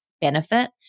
benefit